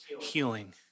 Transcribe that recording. healing